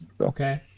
Okay